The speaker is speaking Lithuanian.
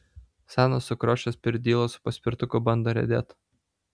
senas sukriošęs pirdyla su paspirtuku bando riedėt